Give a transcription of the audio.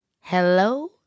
Hello